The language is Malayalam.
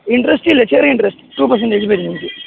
ഇൻറ്ററസ്റ്റ് ഇല്ല ചെറിയ ഇൻറ്ററസ്റ്റ് ടൂ പെർസെൻറ്റെജ് വരും നിങ്ങൾക്ക്